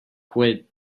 quit